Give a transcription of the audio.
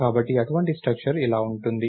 కాబట్టి అటువంటి స్ట్రక్చర్ ఇలా ఉంటుంది